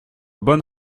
bonne